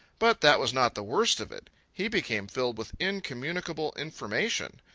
but that was not the worst of it. he became filled with incommunicable information.